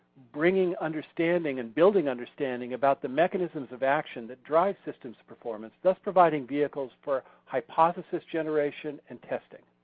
brining understanding and building understanding about the mechanisms of action that drives systems performance thus providing vehicles for hypothesis generation and testing.